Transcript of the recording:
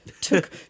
took